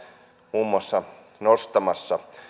muun muassa nostamassa